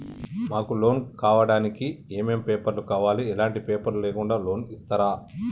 మాకు లోన్ కావడానికి ఏమేం పేపర్లు కావాలి ఎలాంటి పేపర్లు లేకుండా లోన్ ఇస్తరా?